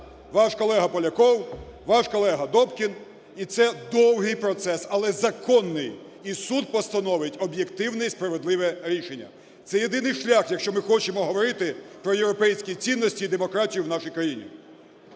ваш колега Поляков, ваш колега Добкін. І це довгий процес, але законний. І суд постановить об'єктивне і справедливе рішення. Це єдиний шлях, якщо ми говорити про європейські цінності і демократію в нашій країні.